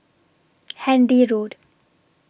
Handy Road